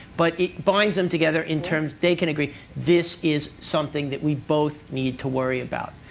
but it binds them together in terms they can agree, this is something that we both need to worry about.